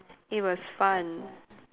it was fun